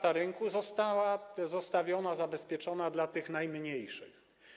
1/4 rynku została zostawiona, zabezpieczona dla tych najmniejszych.